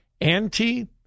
anti